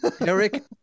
Eric